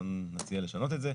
אנחנו נציע לשנות את זה,